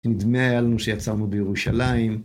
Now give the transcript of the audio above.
נדמה עלינו שיצאנו בירושלים.